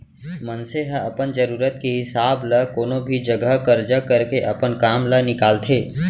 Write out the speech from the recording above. मनसे ह अपन जरूरत के हिसाब ल कोनो भी जघा करजा करके अपन काम ल निकालथे